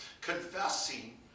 confessing